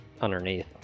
underneath